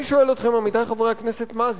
אני שואל אתכם, עמיתי חברי הכנסת, מה זה?